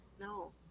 no